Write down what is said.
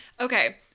okay